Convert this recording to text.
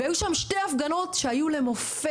והיו שם שתי הפגנות שהיו למופת.